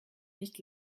nicht